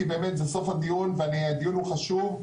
כי באמת זה סוף הדיון והדיון הוא חשוב,